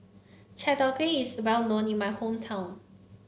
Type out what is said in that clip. Chai Tow Kway is well known in my hometown